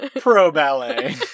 pro-ballet